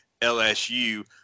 LSU